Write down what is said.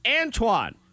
Antoine